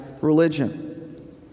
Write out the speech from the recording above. religion